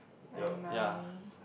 my mummy